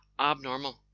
abnormal